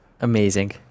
Amazing